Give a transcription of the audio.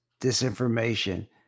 disinformation